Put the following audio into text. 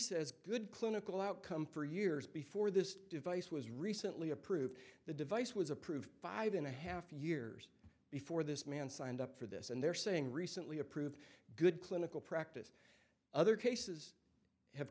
says good clinical outcome for years before this device was recently approved the device was approved five and a half years before this man signed up for this and they're saying recently approved good clinical practice other cases have